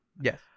Yes